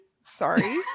Sorry